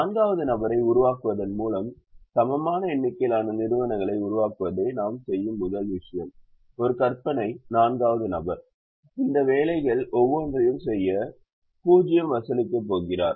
நான்காவது நபரை உருவாக்குவதன் மூலம் சமமான எண்ணிக்கையிலான நிறுவனங்களை உருவாக்குவதே நாம் செய்யும் முதல் விஷயம் ஒரு கற்பனை நான்காவது நபர் இந்த வேலைகள் ஒவ்வொன்றையும் செய்ய 0 வசூலிக்கப் போகிறார்